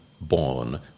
Born